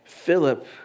Philip